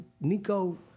Nico